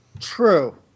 True